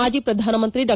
ಮಾಜಿ ಪ್ರಧಾನಮಂತ್ರಿ ಡಾ